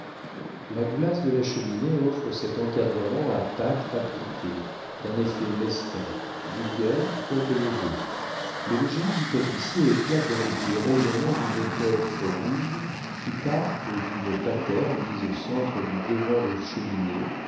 la glace de la cheminée offre cet encadrement à pâtes appliquées d'un effet mesquin vulgaire quoique nouveau mais le génie du tapissier éclate dans les plis rayonnants d'une étoffe rouge qui partent d'une patère mise au centre du devant de cheminée